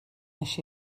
nes